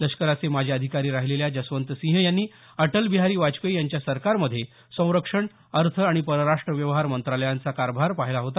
लष्कराचे माजी अधिकारी राहिलेल्या जसवंत सिंह यांनी अटलबिहारी वाजपेयी यांच्या सरकारमधे संरक्षण अर्थ आणि परराष्ट्र व्यवहार मंत्रालयांचा कार्यभार पाहिला होता